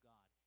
God